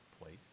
place